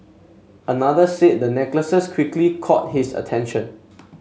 another said the necklaces quickly caught his attention